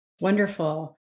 Wonderful